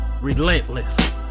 relentless